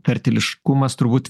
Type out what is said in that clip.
gertiliškumas turbūt